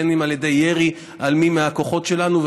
בין אם על ידי ירי על מי מהכוחות שלנו.